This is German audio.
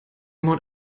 mount